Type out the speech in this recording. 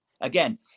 Again